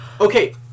okay